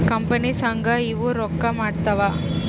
company ಸಂಘ ಇವು ರೊಕ್ಕ ಮಾಡ್ತಾವ